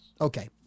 Okay